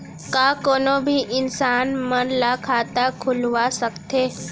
का कोनो भी इंसान मन ला खाता खुलवा सकथे?